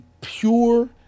pure